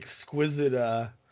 exquisite